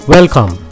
Welcome